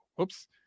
oops